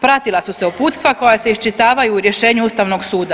Pratila su se uputstva koja se iščitavaju u rješenju Ustavnog suda.